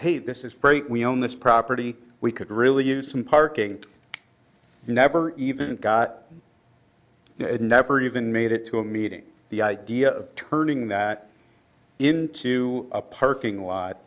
hey this is prate we own this property we could really use some parking you never even got it never even made it to a meeting the idea of turning that into a parking lot